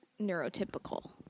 neurotypical